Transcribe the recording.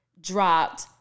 dropped